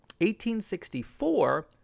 1864